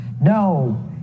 No